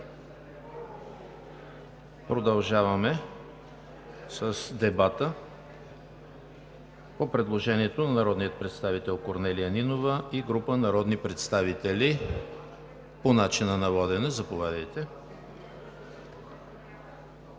Продължаваме с дебата по предложението на народния представител Корнелия Нинова и група народни представители. По начина на водене, заповядайте.